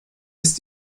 ist